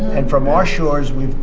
and from our shores we,